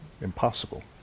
impossible